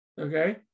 Okay